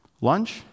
lunch